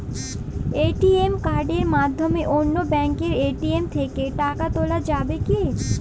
ATM কার্ডের মাধ্যমে অন্য ব্যাঙ্কের এ.টি.এম থেকে টাকা তোলা যাবে কি?